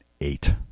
eight